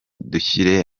dushyire